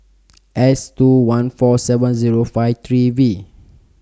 S two one four seven Zero five three V